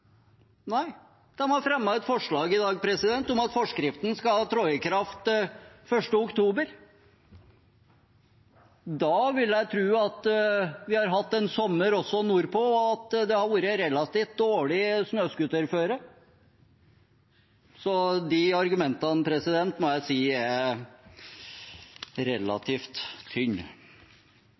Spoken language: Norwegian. Nei, de har i dag fremmet et forslag om at forskriften skal tre i kraft 1. oktober. Da vil jeg tro at vi har hatt en sommer også nordpå, og at det har vært relativt dårlig snøscooterføre, så de argumentene må jeg si er relativt